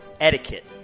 etiquette